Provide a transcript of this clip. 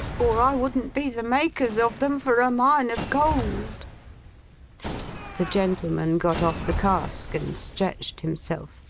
or i wouldn't be the makers of them for a mine of gold the gentleman got off the cask, and stretched himself,